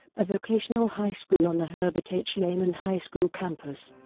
a vocational high school on the herbert h. lehman high school campus.